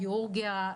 גיאורגיה,